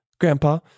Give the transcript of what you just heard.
Grandpa